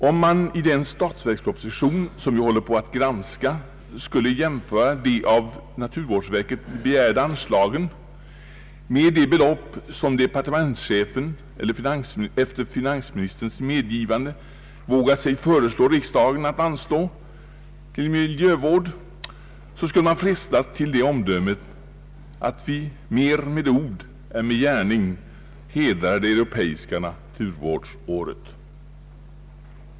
Om man i den statsverksproposition som vi nu håller på att granska skulle jämföra de av naturvårdsverket begärda anslagen med de belopp som departementschefen efter finansministerns medgivande vågat föreslå riksdagen att anslå till miljövård, så skulle man frestas till omdömet att vi mer i ord än i gärning hedrar det europeiska naturvårdsåret.